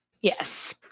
Yes